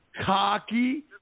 cocky